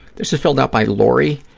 this is filled out by laurie,